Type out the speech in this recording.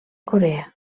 corea